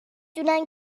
دونن